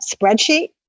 spreadsheet